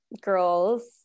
girls